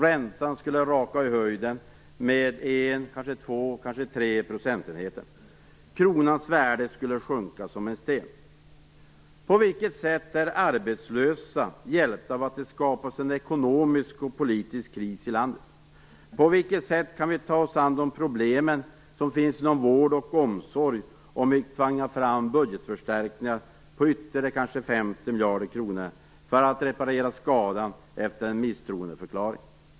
Räntan skulle raka i höjden med kanske 1-3 procentenheter. Kronans värde skulle sjunka som en sten. På vilket sätt är arbetslösa hjälpta av det skapas en ekonomisk och politisk kris i landet? På vilket sätt kan vi ta oss an de problem som finns inom vård och omsorg om vi tvingar fram budgetförstärkningar på ytterligare kanske 50 miljarder kronor för att reparera skadan efter en misstroendeförklaring?